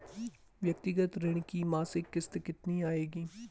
व्यक्तिगत ऋण की मासिक किश्त कितनी आएगी?